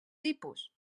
tipus